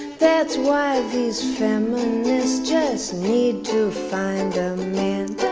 that's why these feminists just need to find a man.